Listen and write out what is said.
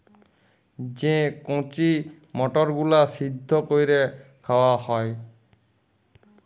যে কঁচি মটরগুলা সিদ্ধ ক্যইরে খাউয়া হ্যয়